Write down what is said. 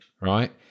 Right